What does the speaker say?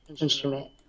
instrument